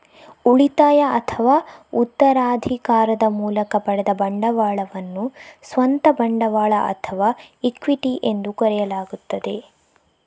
ಉಳಿತಾಯ ಅಥವಾ ಉತ್ತರಾಧಿಕಾರದ ಮೂಲಕ ಪಡೆದ ಬಂಡವಾಳವನ್ನು ಸ್ವಂತ ಬಂಡವಾಳ ಅಥವಾ ಇಕ್ವಿಟಿ ಎಂದು ಕರೆಯಲಾಗುತ್ತದೆ